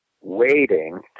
waiting